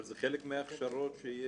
אבל זה חלק מהכשרות של